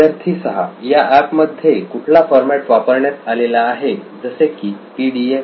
विद्यार्थी 6 या एप मध्ये कुठला फॉरमॅट वापरण्यात आलेला आहे जसे की पीडीएफ